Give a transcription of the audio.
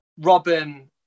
Robin